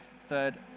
Third